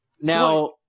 Now